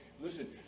Listen